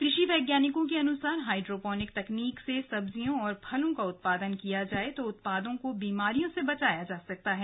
कृषि वैज्ञानिकों के अनुसार हाईड्रोपोनिक तकनीक से सब्जियों और फलों का उत्पादन किया जाए तो उत्पादों को बीमारियों से बचाया जा सकता है